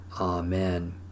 Amen